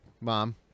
Mom